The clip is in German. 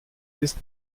ist